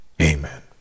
Amen